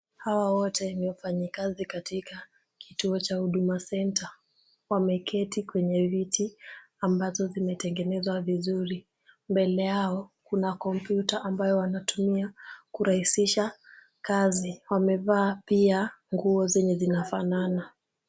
Hawa wote ni wafanyikasi katika kituo cha huduma center wameketi kwenye viti ambazo zimetengeneswa vizuri, mbele yao kuna computa ambayo wanatumia kuraisisha Kasi wamevaa pia nguo zenye zinafanana.